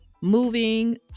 moving